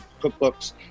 cookbooks